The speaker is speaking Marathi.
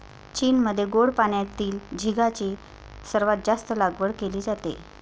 चीनमध्ये गोड पाण्यातील झिगाची सर्वात जास्त लागवड केली जाते